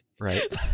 Right